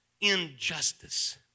injustice